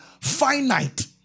finite